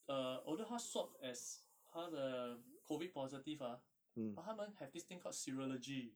uh although 他 swab as 他的 COVID positive ah but 他们 have this thing called serology